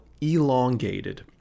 elongated